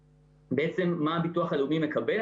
בעצם מה הביטוח הלאומי מקבל?